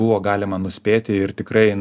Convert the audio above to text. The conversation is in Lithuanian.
buvo galima nuspėti ir tikrai